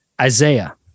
Isaiah